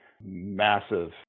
massive